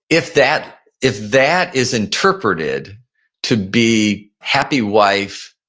if that if that is interpreted to be happy wife,